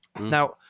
Now